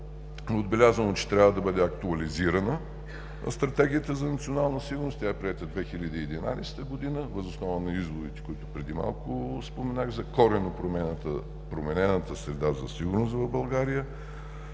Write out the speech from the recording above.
отбелязано, че трябва да бъде актуализирана „Стратегията за национална сигурност“. Тя е приета 2011 г., въз основа на изводите, които преди малко споменах за коренно променената среда за сигурност в България.